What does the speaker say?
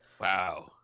Wow